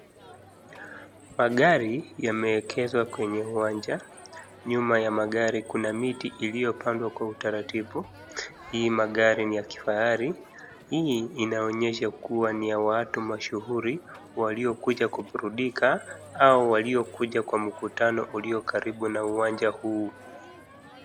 Magari yameegezwa kwenye uwanja. Nyuma ya maagri kunamiti iliyopandwa kwa utaratibu. Hii magari ni ya kifahari. Hii inaonyesha kuwa ni ya watu mashuhuri waliokuja kuburundika au waliokuja kwa mkutano ulio karibu na uwanja huu.